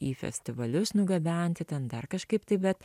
į festivalius nugabenti ten dar kažkaip tai bet